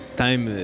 time